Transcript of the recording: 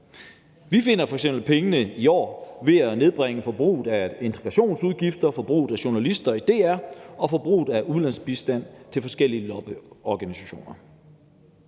Vi finder f.eks. pengene i år ved at nedbringe forbruget af integrationsudgifter, forbruget af journalister i DR og forbruget af ulandsbistand til forskellige lobbyorganisationer.